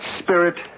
spirit